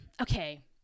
okay